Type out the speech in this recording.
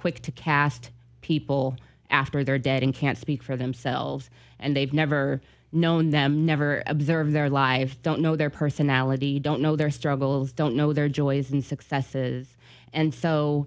quick to cast people after they're dead and can't speak for themselves and they've never known them never observe their lives don't know their personality don't know their struggles don't know their joys and successes and so